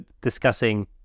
discussing